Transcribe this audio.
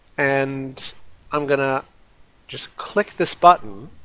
and i'm going to just click this button.